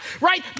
right